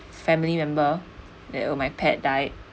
family member that when my pet died